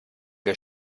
wir